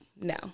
no